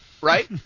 right